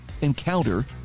encounter